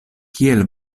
kiel